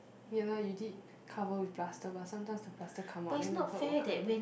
ya lah you did cover with plaster but sometimes the plaster come out then the hurt will come back